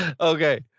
okay